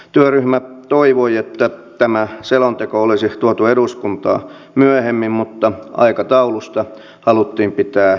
työryhmä toivoi että tämä selonteko olisi tuotu eduskuntaan myöhemmin mutta aikataulusta haluttiin pitää jääräpäisesti kiinni